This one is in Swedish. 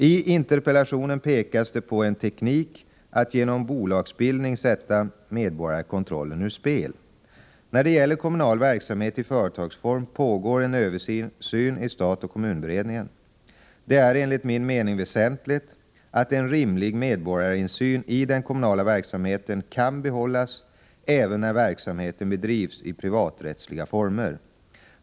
I interpellationen pekas det på en teknik att genom bolagsbildning sätta medborgarkontrollen ur spel. När det gäller kommunal verksamhet i företagsform pågår en översyn i stat-kommun-beredningen. Det är enligt min mening väsentligt att en rimlig medborgarinsyn i den kommunala verksamheten kan behållas även när verksamheten bedrivs i privaträttsliga former.